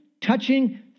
touching